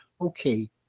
okay